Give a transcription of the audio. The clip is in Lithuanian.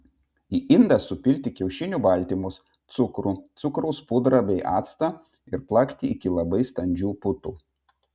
į indą supilti kiaušinių baltymus cukrų cukraus pudrą bei actą ir plakti iki labai standžių putų